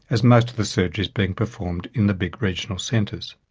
as most of the surgery is being performed in the big regional centres.